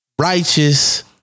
righteous